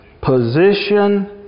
position